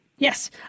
Yes